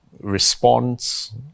response